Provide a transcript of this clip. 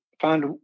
find